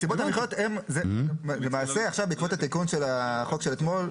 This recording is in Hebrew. בעקבות החוק שעבר אתמול,